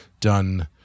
done